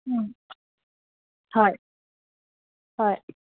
হয় হয়